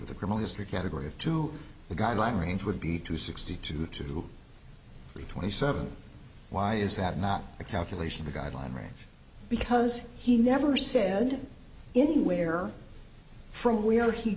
with a criminal history category of two the guideline range would be to sixty two to twenty seven why is that not a calculation the guideline range because he never said anywhere from where he